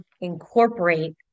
incorporate